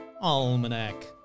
Almanac